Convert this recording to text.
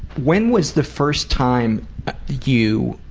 when was the first time you.